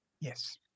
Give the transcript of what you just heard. Yes